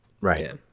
Right